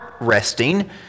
resting